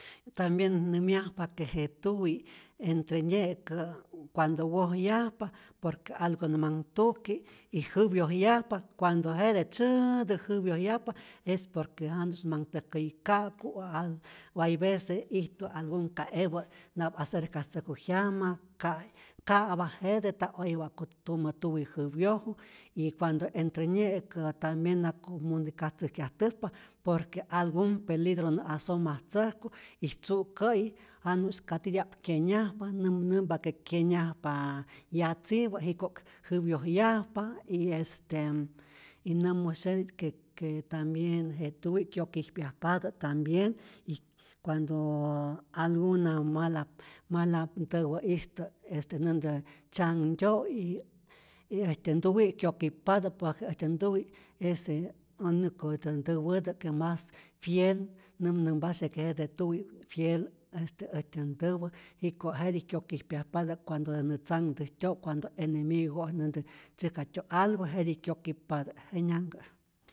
Tambien nämyajpa que je tuwi' entre nye'kä cuando wojyajpa por que algo nä manh tuki y jäwyojyajpa cuando jete tzyääätä jäwyojyajpa es por que jan nä manh täjkäyi ka'ku', al o hay vece ijtu algun ka'epä nap acerkatzäjku jyama ka ka'pa jete nta oye wa'ku tumä tuwi jäwyoju, y cuando entre nye'ka tambien na comunicatzäjkyajtäjpa por que algun peligro nä asomatzäjku, y tzu'kä'yi janu'sy ka titya'p kyenyajpa, nämnämpa que kyenyajpa yatzipä, jiko'k jäwyojyajpa y este y nämusyetat que que tambien je tuwi' kyokijpyajpatä' tambien y cuando alguna mala malap ntäwä'istä este näntä tzyanhtyo', y y äjtyä ntuwi' kyokip'patä por que äjtyä ntuwi' este unico äjtyä ntäwätä que mas fiel, nämnämpasye que jete tuwi' fiel, este äjtyä ntäwä jiko' jetij kyokijpyajpatä cuandodä nä tzanhtäjtyo', cuando enemigo' näntä tzyäjkatyo' algo jetij kyokip'patä, jenyanhkä.